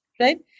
right